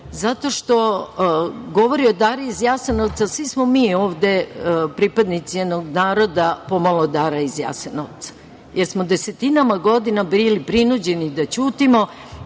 zato što govori o Dari iz Jasenovca. Svi smo mi ovde pripadnici jednog naroda pomalo Dara iz Jasenovca, jer smo desetinama godina bili prinuđeni da ćutimo,